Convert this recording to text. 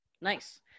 Nice